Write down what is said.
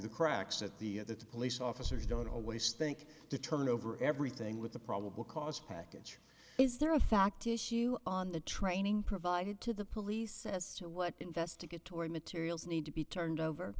the cracks at the at the police officers don't always think to turn over everything with the probable cause package is there a fact issue on the training provided to the police as to what investigatory materials need to be turned over